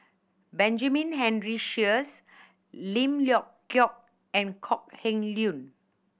Benjamin Henry Sheares Lim Leong Geok and Kok Heng Leun